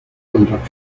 contra